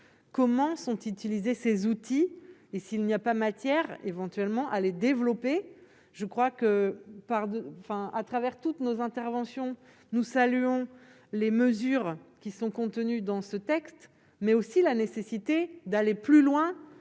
comment sont-ils utilisés ces outils et s'il n'y a pas matière éventuellement à les développer, je crois que par enfin à travers toutes nos interventions nous saluons les mesures qui sont contenues dans ce texte, mais aussi la nécessité d'aller plus loin